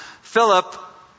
Philip